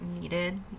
needed